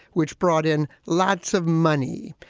which brought in lots of money.